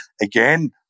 Again